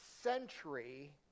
century